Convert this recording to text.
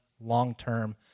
long-term